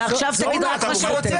מעכשיו תגיד רק מה שרוצים לשמוע.